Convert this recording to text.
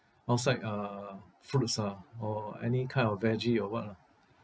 outside uh fruits ah or any kind of veggie or what lah